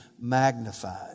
magnified